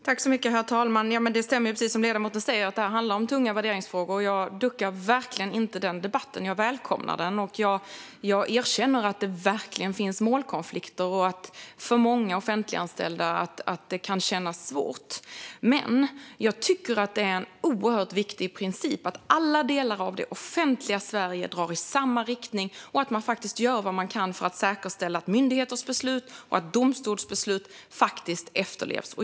Herr talman! Det stämmer att det här handlar om tunga värderingsfrågor, precis som ledamoten säger. Jag duckar verkligen inte för den debatten utan välkomnar den. Jag erkänner att det finns målkonflikter och att det kan kännas svårt för många offentliganställda. Men jag tycker att det är en oerhört viktig princip att alla delar av det offentliga Sverige ska dra i samma riktning och att man ska göra vad man kan för att säkerställa att myndigheters och domstolars beslut efterlevs.